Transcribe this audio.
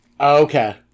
okay